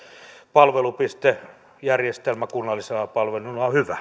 palvelupistejärjestelmä kunnallisilla palveluilla on hyvä